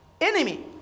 enemy